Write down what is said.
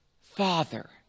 Father